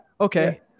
Okay